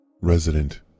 Resident